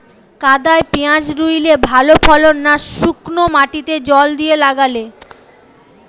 কাদায় পেঁয়াজ রুইলে ভালো ফলন না শুক্নো মাটিতে জল দিয়ে লাগালে?